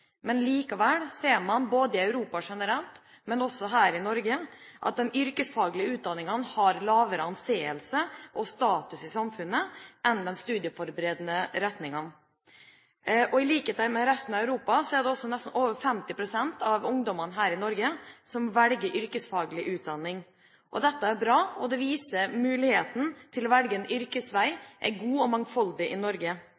Likevel ser man både i Europa generelt og også her i Norge at de yrkesfaglige utdanningene har lavere anseelse og status i samfunnet enn de studieforberedende retningene. I likhet med resten av Europa velger nesten over 50 pst. av ungdommene i Norge yrkesfaglig utdanning. Dette er bra, og det viser